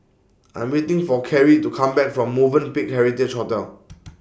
I'm waiting For Karie to Come Back from Movenpick Heritage Hotel